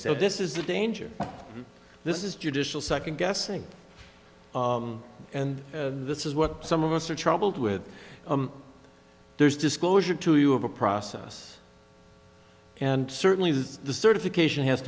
said this is the danger this is judicial second guessing and this is what some of us are troubled with there's disclosure to you of a process and certainly is the certification has